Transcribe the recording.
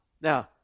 Now